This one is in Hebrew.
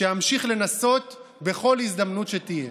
שאמשיך לנסות בכל הזדמנות שתהיה.